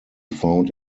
found